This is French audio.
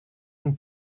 une